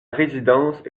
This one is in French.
résidence